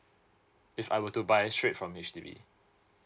if I were to buy straight from H_D_B